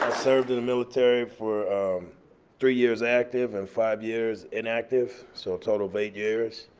served in the military for three years active and five years, inactive. so a total of eight years.